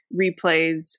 replays